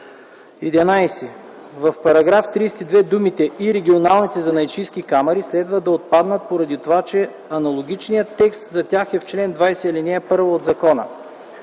11. В § 32 думите „и регионалните занаятчийски камари” следва да отпаднат поради това, че аналогичният текст за тях е в чл. 20, ал. 1 от закона.